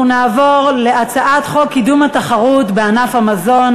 אנחנו נעבור להצעת חוק קידום התחרות בענף המזון,